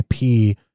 IP